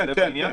זה לב העניין.